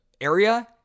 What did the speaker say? area